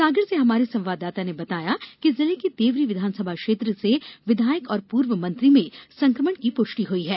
सागर से हमारे संवाददाता ने बताया है कि जिले की देवरी विधानसभा क्षेत्र से विधायक और पूर्व मंत्री में संक्रमण की पुष्टि हुई है